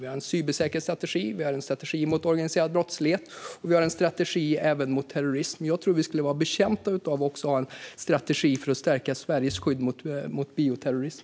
Vi har en cybersäkerhetsstrategi, en strategi mot organiserad brottslighet och en strategi även mot terrorism. Jag tror att vi skulle vara betjänta av att även ha en strategi för att stärka Sveriges skydd mot bioterrorism.